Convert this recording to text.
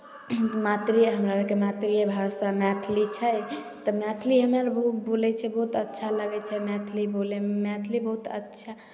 मातृ हमरा अरके मातृभाषा मैथिली छै तऽ मैथिली हमे अर बोलै छियै बहुत अच्छा लगै छै मैथिली बोलयमे मैथिली बहुत अच्छा